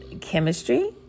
Chemistry